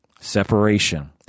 separation